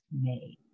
made